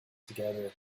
together